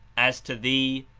as to thee,